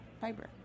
Fiber